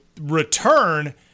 return